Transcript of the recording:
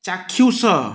ଚାକ୍ଷୁଷ